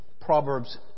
Proverbs